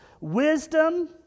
Wisdom